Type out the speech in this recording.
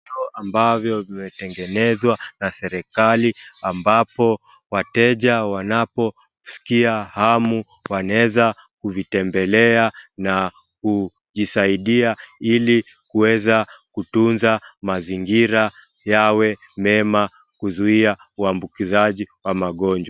Vyoo ambavyo vimetengenezwa na serikali ambapo wateja wanaposkia hamu wanaweza kuvitembelea na kujisaidia ili kuweza kutunza mazingira yawe mema kuzuia uwambukizaji wa magonjwa.